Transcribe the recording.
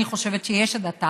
אני חושבת שיש הדתה,